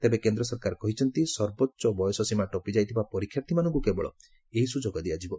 ତେବେ କେନ୍ଦ୍ର ସରକାର କହିଛନ୍ତି ସର୍ବୋଚ୍ଚ ବୟସସୀମା ଟପି ଯାଇଥିବା ପରୀକ୍ଷାର୍ଥୀମାନଙ୍କୁ କେବଳ ଏହି ସୁଯୋଗ ଦିଆଯିବ